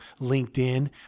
LinkedIn